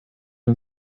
and